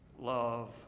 love